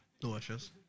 Delicious